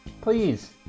please